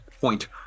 point